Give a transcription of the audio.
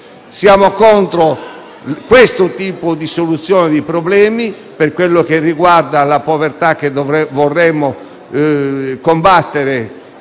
siamo contro questo tipo di soluzione dei problemi per quello che riguarda la povertà, che vorremmo combattere